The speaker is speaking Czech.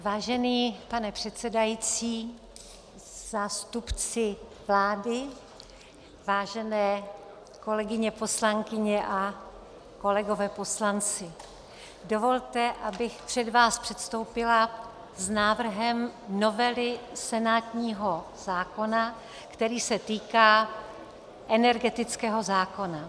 Vážený pane předsedající, zástupci vlády, vážené kolegyně poslankyně a kolegové poslanci, dovolte, abych před vás předstoupila s návrhem novely senátního zákona, který se týká energetického zákona.